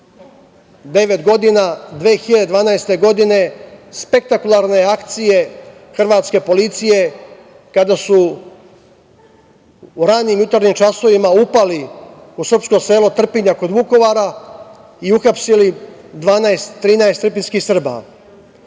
godina, 2012. godine, spektakularne akcije hrvatske policije kada su u ranim jutarnjim časovima upali u srpsko selo Trpinja kod Vukovara i uhapsili 12, 13 trpinjskih Srba.